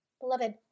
Beloved